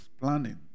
planning